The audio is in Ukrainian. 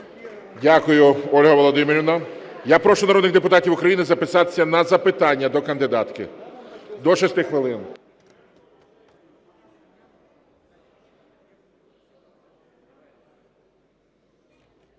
Дякую, Ольга Володимирівна. Я прошу народних депутатів України записатися на запитання до кандидатки, до 6 хвилин.